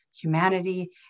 humanity